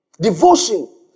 Devotion